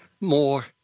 more